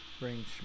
Range